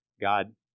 God